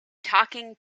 talking